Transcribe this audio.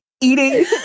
Eating